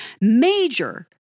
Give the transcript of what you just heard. major